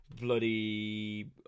Bloody